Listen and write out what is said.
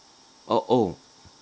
o~ oh